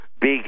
big